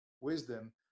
wisdom